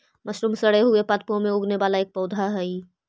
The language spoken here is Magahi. मशरूम सड़े हुए पादपों में उगने वाला एक पौधा हई